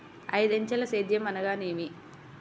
ఐదంచెల సేద్యం అనగా నేమి?